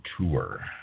tour